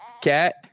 Cat